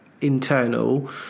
internal